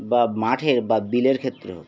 বা মাঠের বা বিলের ক্ষেত্রে হোক